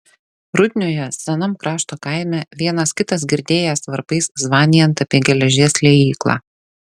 rudnioje senam krašto kaime vienas kitas girdėjęs varpais zvanijant apie geležies liejyklą